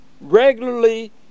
regularly